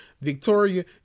Victoria